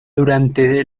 durante